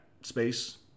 space